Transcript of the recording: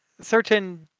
certain